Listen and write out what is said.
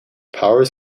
powers